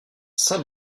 saint